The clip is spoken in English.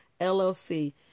LLC